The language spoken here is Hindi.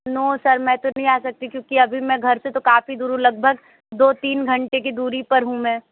नो सर मैं तो नहीं आ सकती क्योंकि अभी मैं घर से तो काफ़ी दूर हूँ लगभग दो तीन घंटे की दूरी पर हूँ मैं